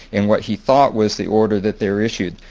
in what he thought was the order that they're issued.